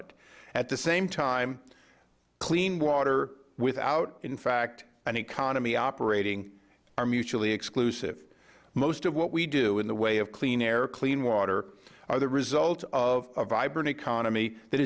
at the same time clean water without in fact an economy operating are mutually exclusive most of what we do in the way of clean air clean water are the result of a vibrant economy that